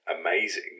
amazing